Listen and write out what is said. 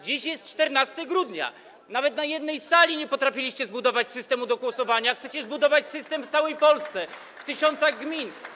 Dziś jest 14 grudnia, nawet w jednej sali nie potrafiliście zbudować systemu do głosowania, a chcecie zbudować system w całej Polsce, w tysiącach gmin.